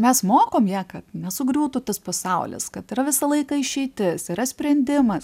mes mokom ją kad nesugriūtų tas pasaulis kad yra visą laiką išeitis yra sprendimas